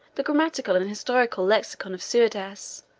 the grammatical and historical lexicon of suidas,